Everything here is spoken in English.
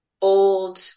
old